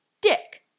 dick